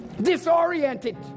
disoriented